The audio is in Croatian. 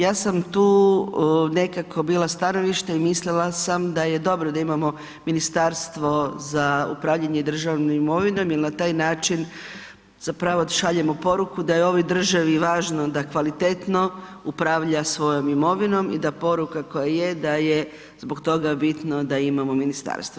Ja sam tu nekako bila stanovišta i mislila sam da je dobro da imamo Ministarstvo za upravljanje državnom imovinom jer na taj način zapravo šaljemo poruku da je ovoj državi važno da kvalitetno upravlja svojom imovinom i da poruka koja je da je zbog toga bitno da imamo ministarstvo.